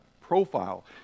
profile